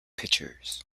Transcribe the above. pictures